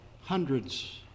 hundreds